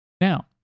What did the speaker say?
Now